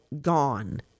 gone